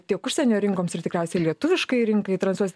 tiek užsienio rinkoms ir tikriausiai lietuviškai rinkai transliuos